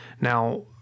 Now